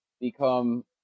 become